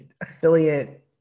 affiliate